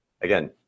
again